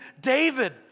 David